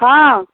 हाँ